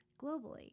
globally